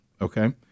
Okay